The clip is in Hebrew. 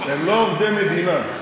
הם לא עובדי מדינה.